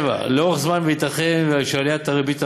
7. לאורך זמן ייתכן שעליית הריבית על